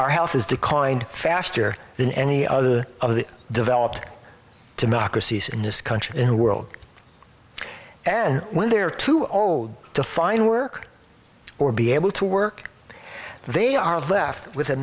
has declined faster than any other of the developed democracies in this country in the world and when they're too old to find work or be able to work they are left with a